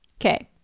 Okay